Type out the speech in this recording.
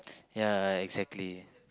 ya exactly